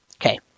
Okay